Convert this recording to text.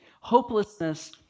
Hopelessness